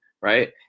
right